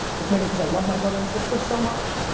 it's maybe because i love by brother and sister so much.